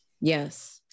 yes